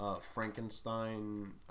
Frankenstein